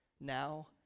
now